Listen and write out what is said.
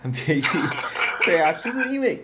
对啊就是因为